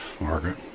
Margaret